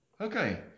Okay